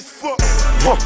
fuck